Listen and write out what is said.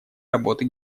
работы